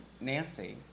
Nancy